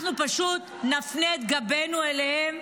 אנחנו פשוט נפנה את גבנו אליהם.